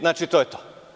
Znači, to je to.